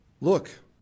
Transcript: Look